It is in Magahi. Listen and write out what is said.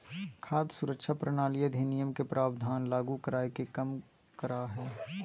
खाद्य सुरक्षा प्रणाली अधिनियम के प्रावधान लागू कराय के कम करा हइ